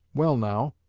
well, now,